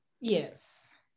yes